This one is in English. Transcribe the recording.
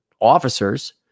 officers